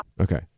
Okay